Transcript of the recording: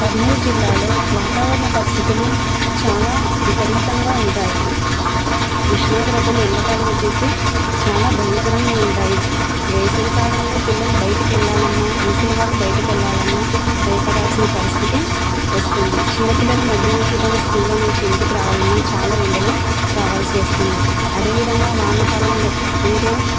కర్నూరు జిల్లాలో వాతావరణ పరిస్థితులు చాలా విపరీతంగా ఉంటాయి ఉష్ణోగ్రతలు ఎండాకాలం వచ్చేసి చాలా భయంకరంగా ఉంటాయి వేసవికాలంలో పిల్లలు బయటికెళ్ళాలన్నా ముసలి వాళ్ళు బయటికెళ్ళాలన్నా భయపడాల్సిన పరిస్థితి వస్తుంది చిన్న పిల్లలు మధ్యాహ్న పూట స్కూళ్ళ నుంచి ఇంటికి రావాలన్నా చాలా ఎండలో రావాల్సి వస్తుంది అదేవిధంగా వానకాలంలో ఉంటే